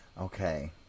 Okay